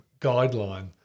guideline